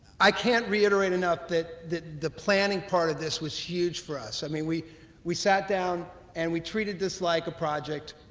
i can't reiterate enough that the the planning part of this was huge for us. i mean we we sat down and we treated this like a project.